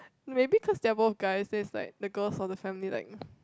maybe cause they are both guys there's like the girls of the family like